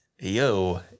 Yo